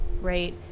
right